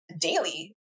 daily